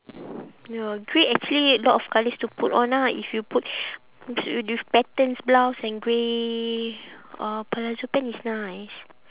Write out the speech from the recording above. ya grey actually a lot of colours to put on ah if you put with patterns blouse and grey uh palazzo pant is nice